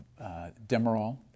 Demerol